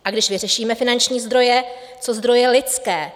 A když vyřešíme finanční zdroje, co zdroje lidské?